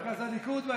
במרכז הליכוד,